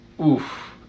oof